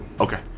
Okay